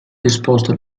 disposta